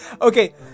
okay